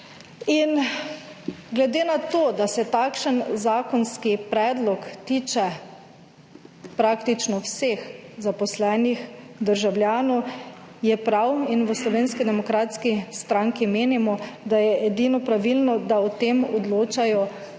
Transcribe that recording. In glede na to, da se takšen zakonski predlog tiče praktično vseh zaposlenih državljanov je prav in v Slovenski demokratski stranki menimo, da je edino pravilno, da o tem odločajo tudi